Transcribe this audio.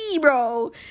bro